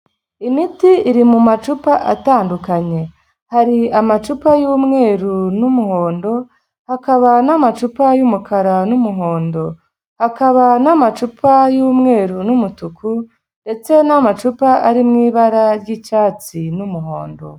Imiti iri mu macupa atandukanye, hari amacupa y'umweru n'umuhondo, hakaba n'amacupa y'umukara n'umuhondo, akaba n'amacupa y'umweru n'umutuku, ndetse n'amacupa ari mu ibara ry'icyatsi n'umuhondo.